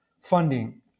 funding